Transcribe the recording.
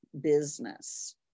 business